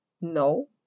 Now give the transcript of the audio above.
No